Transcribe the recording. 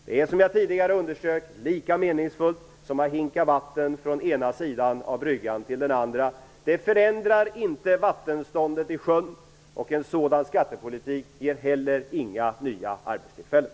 Det är, som jag underströk tidigare, lika meningsfullt som att hinka vatten från ena sidan av bryggan till den andra. Det förändrar inte vattenståndet i sjön, och en sådan skattepolitik ger heller inga nya arbetstillfällen.